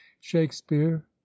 shakespeare